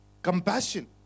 Compassion